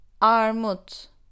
Armut